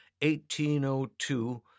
1802